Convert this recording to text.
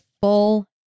full